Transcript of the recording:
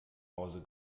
hause